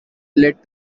led